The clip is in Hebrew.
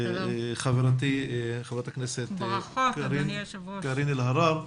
חברתי חברת הכנסת קארין אלהרר.